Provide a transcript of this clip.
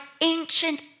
ancient